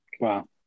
Wow